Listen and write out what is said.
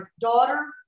daughter